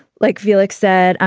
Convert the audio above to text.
like felix said.